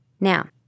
Now